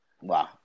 Wow